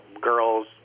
girls